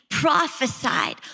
prophesied